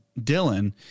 Dylan